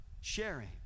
Sharing